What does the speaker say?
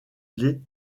clé